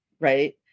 Right